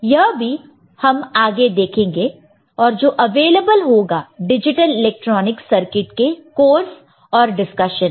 यह भी हम आगे देखेंगे और जो अवेलेबल होगा डिजिटल इलेक्ट्रॉनिक्स सर्किट के कोर्स और डिस्कशन में